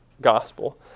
gospel